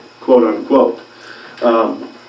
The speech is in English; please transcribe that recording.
quote-unquote